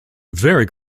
very